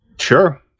Sure